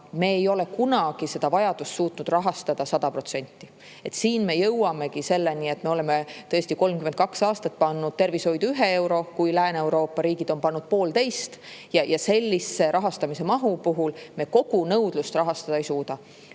Me ei ole kunagi suutnud vajadust 100% rahastada. Siin me jõuamegi selleni, et me oleme 32 aastat pannud tervishoidu ühe euro, kui Lääne-Euroopa riigid on pannud poolteist, ja sellise rahastamise mahu puhul me kogu nõudlust rahastada ei suuda.